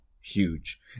huge